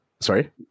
Sorry